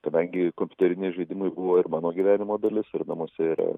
kadagiai kompiuteriniai žaidimai buvo ir mano gyvenimo dalis ir namuose yra